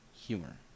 humor